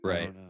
Right